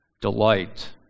delight